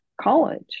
college